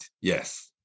yes